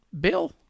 Bill